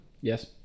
Yes